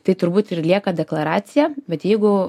tai turbūt ir lieka deklaracija bet jeigu